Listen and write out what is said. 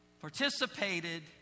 participated